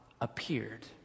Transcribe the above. appeared